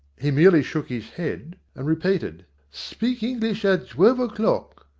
he merely shook his head and repeated speak english at twelve o'clock.